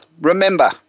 remember